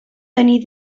tenir